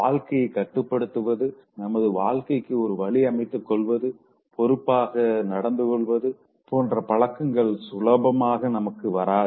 வாழ்க்கைய கட்டுப்படுத்துவது நமது வாழ்க்கைக்கு ஒரு வழி அமைத்துக் கொள்வது பொறுப்பாக நடந்து கொள்வது போன்ற பழக்கங்கள் சுலபமாக நமக்கு வராது